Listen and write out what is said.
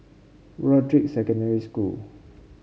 Broadrick Secondary School